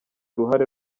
uruhare